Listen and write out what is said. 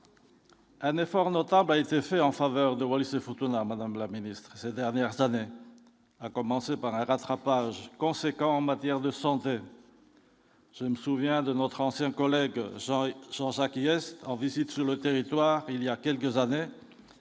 Un effort notable a été fait en faveur de Wallis et Futuna, Madame la Ministre, ces dernières années, à commencer par un rattrapage conséquents en matière de santé, je me souviens de notre ancien collègue Jean-Yves son qui est en visite sur le territoire, il y a quelques années,